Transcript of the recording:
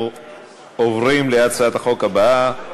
אנחנו עוברים להצעת החוק הבאה: